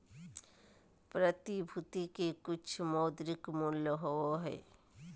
प्रतिभूति के कुछ मौद्रिक मूल्य होबो हइ